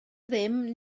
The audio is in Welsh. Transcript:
ddim